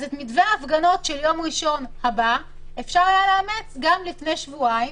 אז את מתווה ההפגנות של יום ראשון הבא אפשר היה לאמץ גם לפני שבועיים,